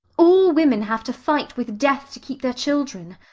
all women have to fight with death to keep their children.